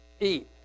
eat